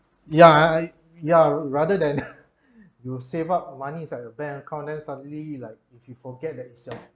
ya I ya rather than you will save up money is at your bank account then suddenly you like if you forget that it's your